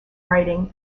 writing